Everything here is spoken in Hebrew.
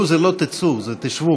תשבו זה לא תצאו, זה תשבו.